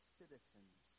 citizens